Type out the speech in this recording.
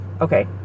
Okay